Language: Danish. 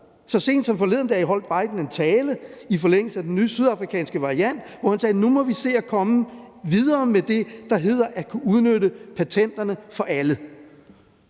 Så sent som forleden dag holdt Biden en tale i forlængelse af den nye sydafrikanske variant, hvor han sagde, at nu må vi se at komme videre med det, der hedder at kunne udnytte patenterne for alle.